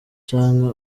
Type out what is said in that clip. canke